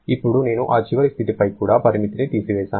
ఇప్పుడు నేను ఈ చివరి స్థితిపై కూడా పరిమితిని తీసివేసాను